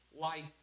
life